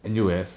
N_U_S